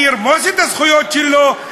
אני ארמוס את הזכויות שלו,